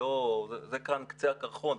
זה כאן קצה הקרחון,